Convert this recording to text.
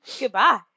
Goodbye